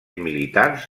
militars